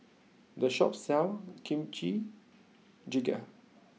the shop sells Kimchi Jjigae